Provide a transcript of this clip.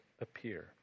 appear